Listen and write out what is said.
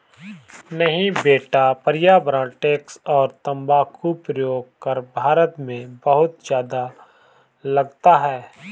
नहीं बेटा पर्यावरण टैक्स और तंबाकू प्रयोग कर भारत में बहुत ज्यादा लगता है